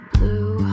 Blue